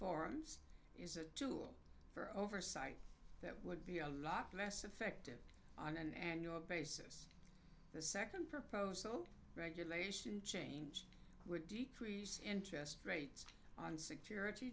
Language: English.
forums is a tool for oversight that would be a lot less effective on an annual basis the second proposal regulation change would decrease interest rates on security